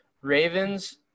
Ravens